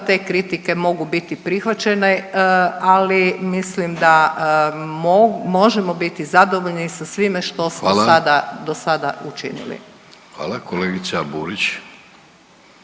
te kritike mogu biti prihvaćene, ali mislim da možemo biti zadovoljni sa svime što smo sada, do sada učinili. **Vidović,